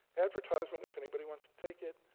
advertisement, if anybody wants to take it.